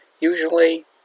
Usually